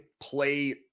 play